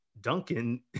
Duncan